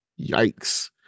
yikes